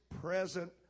present